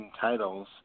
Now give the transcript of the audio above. titles